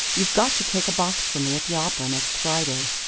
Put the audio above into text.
you've got to take a box for me at the opera next friday.